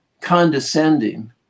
condescending